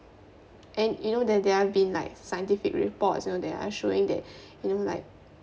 and you know that there have been like scientific reports you know that are showing that you know like